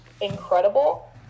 incredible